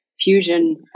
Fusion